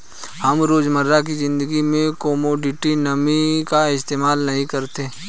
हम रोजमर्रा की ज़िंदगी में कोमोडिटी मनी का इस्तेमाल नहीं करते